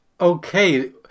Okay